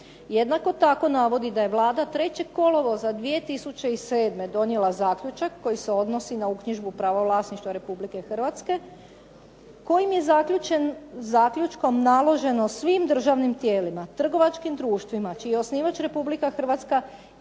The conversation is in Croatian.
Jednako tako navodi da je "Vlada 3. kolovoza 2007. donijela zaključak koji se odnosi na uknjižbu prava vlasništva Republike Hrvatske kojim je zaključkom naloženo svim državnim tijelima, trgovačkim društvima čiji je osnivač Republika Hrvatska